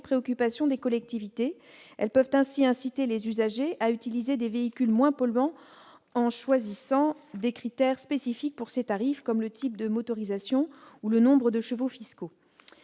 préoccupations des collectivités. Celles-ci pourraient ainsi inciter les usagers à utiliser des véhicules moins polluants en choisissant des critères spécifiques pour ces tarifs, comme le type de motorisation ou le nombre de chevaux fiscaux.